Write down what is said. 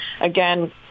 again